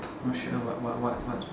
not sure what what what what's